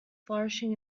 flourishing